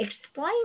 Explain